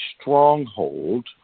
stronghold